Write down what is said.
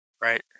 Right